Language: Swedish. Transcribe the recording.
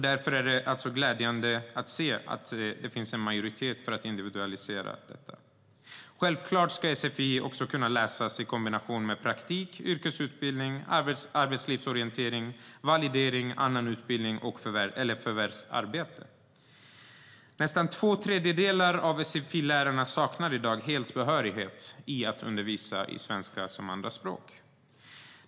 Därför är det glädjande att se att det finns en majoritet i riksdagen för en individualisering. Självklart ska sfi också kunna läsas i kombination med praktik, yrkesutbildning, arbetslivsorientering, validering, annan utbildning eller förvärvsarbete. Nästan två tredjedelar av sfi-lärarna saknar i dag behörighet för att undervisa i svenska som andraspråk.